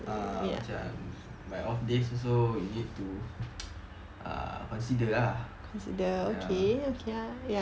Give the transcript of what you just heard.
ah macam my off days also you need to consider ah